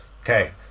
Okay